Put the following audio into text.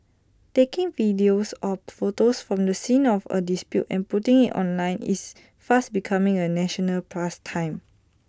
taking videos or photos from the scene of A dispute and putting IT online is fast becoming A national pastime